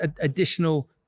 additional